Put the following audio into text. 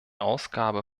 ausgabe